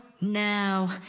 now